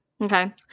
okay